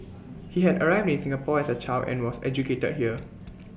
he had arrived in Singapore as A child and was educated here